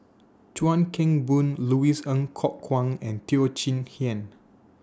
Chuan Keng Boon Louis Ng Kok Kwang and Teo Chee Hean